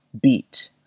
beat